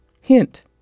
Hint